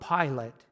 Pilate